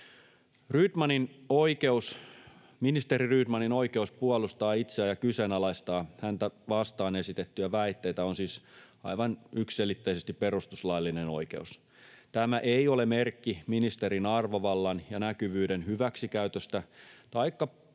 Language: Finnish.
kannalta. Ministeri Rydmanin oikeus puolustaa itseään ja kyseenalaistaa häntä vastaan esitettyjä väitteitä on siis aivan yksiselitteisesti perustuslaillinen oikeus. Tämä ei ole merkki ministerin arvovallan ja näkyvyyden hyväksikäytöstä taikka sitten